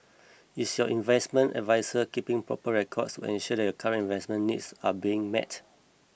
is your investment adviser keeping proper records to ensure that your current investment needs are being met